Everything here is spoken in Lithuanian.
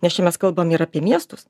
nes čia mes kalbam ir apie miestus